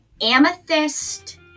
Amethyst